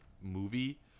movie